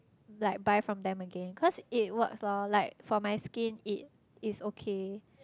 like buy from them again cause it works loh like for my skin it is okay